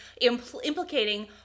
implicating